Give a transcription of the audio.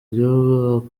gihugu